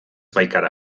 baikara